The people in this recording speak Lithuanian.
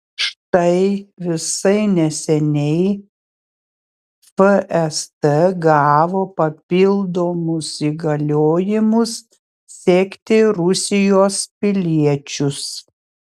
štai visai neseniai fst gavo papildomus įgaliojimus sekti rusijos piliečius